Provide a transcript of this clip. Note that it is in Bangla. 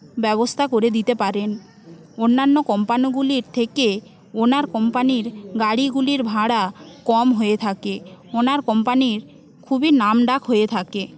ব্যবস্থা করে দিতে পারেন অন্যান্য কোম্পানগুলির থেকে ওনার কোম্পানির গাড়িগুলির ভাড়া কম হয়ে থাকে ওনার কোম্পানির খুবই নামডাক হয়ে থাকে